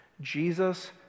Jesus